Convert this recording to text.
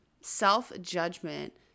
Self-judgment